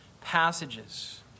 passages